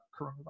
coronavirus